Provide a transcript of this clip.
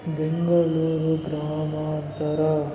ಬೆಂಗಳೂರು ಗ್ರಾಮಾಂತರ